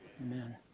Amen